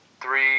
three